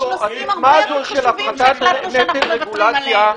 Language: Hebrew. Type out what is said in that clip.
יש נושאים הרבה יותר חשובים שהחלטנו שאנחנו מוותרים עליהם.